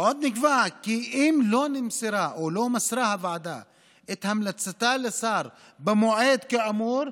ועוד נקבע כי אם לא מסרה הוועדה את המלצתה לשר במועד כאמור,